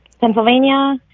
Pennsylvania